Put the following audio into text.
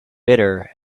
bitter